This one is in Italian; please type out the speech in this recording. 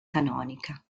canonica